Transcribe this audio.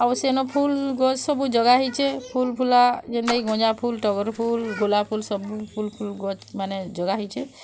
ଆଉ ସେନ ଫୁଲ୍ ଗଛ ସବୁ ଜଗା ହେଇଛେଁ ଫୁଲ୍ ଫୁଲା ଯେନ୍ତା କି ଗଁଜା ଫୁଲ୍ ଟଗର୍ ଫୁଲ୍ ଗୋଲାପ ଫୁଲ୍ ସବୁ ଫୁଲ୍ ଫୁଲ୍ ମାନେ ଜଗା ହେଇଛେଁ